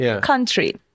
country